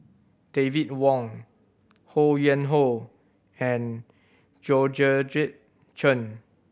David Wong Ho Yuen Hoe and Georgette Chen